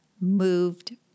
moved